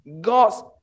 God's